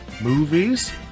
movies